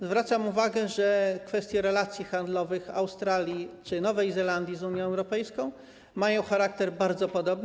Zwracam uwagę, że kwestie relacji handlowych Australii czy Nowej Zelandii z Unią Europejską mają charakter bardzo podobny.